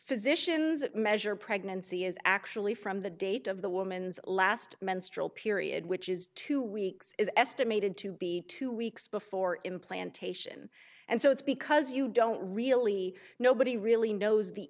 physicians measure pregnancy is actually from the date of the woman's last menstrual period which is two weeks is estimated to be two weeks before implantation and so it's because you don't really nobody really knows the